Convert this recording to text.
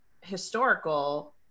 historical